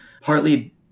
partly